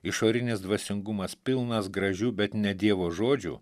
išorinis dvasingumas pilnas gražių bet ne dievo žodžių